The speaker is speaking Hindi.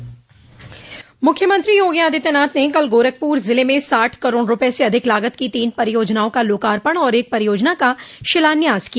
मुख्यमंत्री योगी आदित्यनाथ ने कल गोरखपुर जिले में साठ करोड़ रूपये से अधिक लागत की तीन परियोजनाओं का लोकार्पण और एक परियोजना का शिलान्यास किया